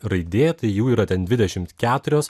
raidė tai jų yra ten dvidešimt keturios